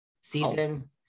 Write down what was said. season